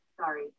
Sorry